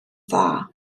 dda